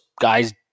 guys